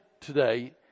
today